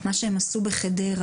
מה שהם עשו בחדרה,